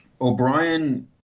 O'Brien